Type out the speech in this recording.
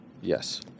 Yes